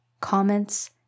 comments